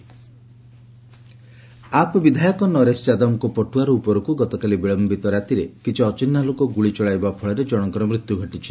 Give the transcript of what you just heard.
app firing ଆପ୍ ବିଧାୟକ ନରେଶ ଯାଦବଙ୍କ ପଟୁଆର ଉପରକୁ ଗତକାଲି ବିଳୟିତ ରାତ୍ରିରେ କିଛି ଅଚିହ୍ନା ଲୋକ ଗୁଳି ଚଳାଇବା ଫଳରେ ଜଣଙ୍କର ମୃତ୍ୟୁ ଘଟିଛି